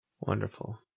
Wonderful